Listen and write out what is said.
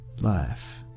life